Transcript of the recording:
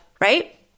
right